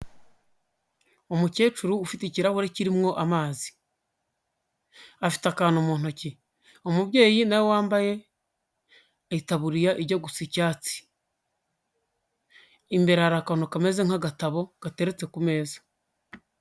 Umukecuru ufite ikirahure kirimo amazi ,afite akantu mu ntoki, umubyeyi nawe wambaye itaburiya ijya gusa icyatsi ,imbere hari akantu kameze nk'agatabo gateretse ku meza.